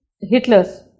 Hitler's